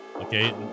Okay